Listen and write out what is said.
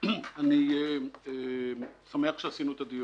אני שמח שערכנו את הדיון.